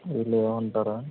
అవి లేవంటారా